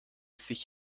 sich